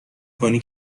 کنی